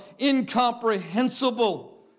incomprehensible